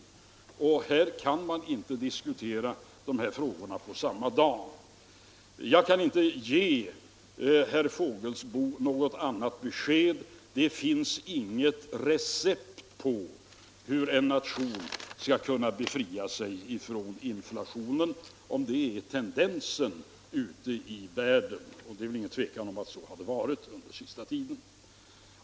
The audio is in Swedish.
Dessa frågor kan man inte diskutera på samma dag. Jag kan inte ge herr Fågelsbo något annat besked. Det finns inget recept på hur en nation skall kunna befria sig från inflationen, om det är tendensen ute i världen. Och det råder ingen tvekan om att så varit förhållandet under den senaste tiden.